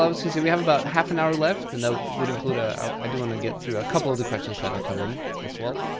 i was going to say, we have about half an hour left. and that would include a i do want to get through a couple of the questions that have come in as well.